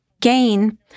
gain